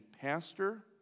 pastor